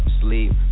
sleep